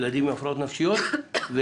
ילדים עם הפרעות נפשיות וסייעות